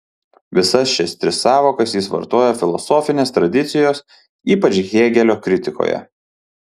visas šias tris sąvokas jis vartoja filosofinės tradicijos ypač hėgelio kritikoje